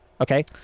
Okay